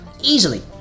Easily